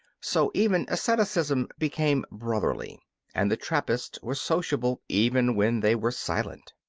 so even asceticism became brotherly and the trappists were sociable even when they were silent.